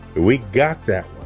we got that